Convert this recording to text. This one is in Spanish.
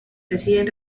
deciden